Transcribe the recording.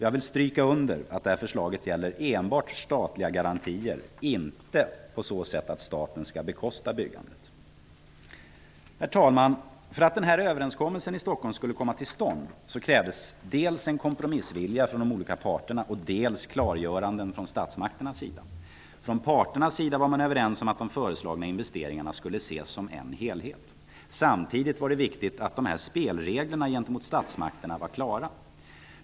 Jag vill stryka under att förslaget gäller enbart statliga garantier, inte att staten skall bekosta byggandet. Herr talman! För att denna överenskommelse i Stockholm skulle komma till stånd krävdes dels en kompromissvilja från de olika parterna, dels klargöranden från statsmakternas sida. Från parternas sida var man överens om att de föreslagna investeringarna skulle ses som en helhet. Samtidigt var det viktigt att spelreglerna gentemot statsmakterna var klara.